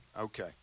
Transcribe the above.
Okay